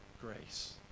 grace